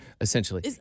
essentially